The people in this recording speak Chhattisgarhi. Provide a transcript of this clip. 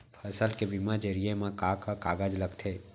फसल के बीमा जरिए मा का का कागज लगथे?